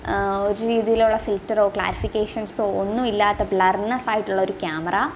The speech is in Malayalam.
ഒരു രീതിയിലുള്ള ഫിൽറ്ററോ ക്ലാരിഫിക്കേഷൻസോ ഒന്നും ഇല്ലാത്ത ബ്ലർനെസായിട്ടുള്ള ഒരു ക്യാമറ